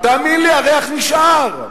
תאמין לי, הריח נשאר.